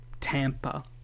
Tampa